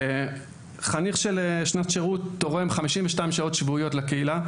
חניך של שנת שירות תורם 52 שעות שבועיות לקהילה,